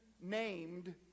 named